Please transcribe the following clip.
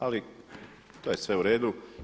Ali to je sve uredu.